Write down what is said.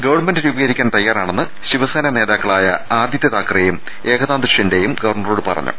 government രൂപീകരിക്കാൻ തയാ റാണെന്ന് ശിവസേനാ നേതാക്കളായ ആദിത്യ താക്കറെയും ഏക നാഥ് ഷിൻഡേയും ഗവർണറോട് പറഞ്ഞു